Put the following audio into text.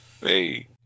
Hey